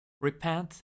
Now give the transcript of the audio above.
Repent